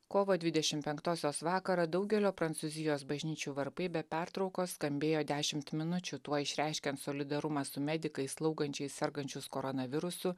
kovo dvidešim penktosios vakarą daugelio prancūzijos bažnyčių varpai be pertraukos skambėjo dešimt minučių tuo išreiškiant solidarumą su medikais slaugančiais sergančius koronavirusu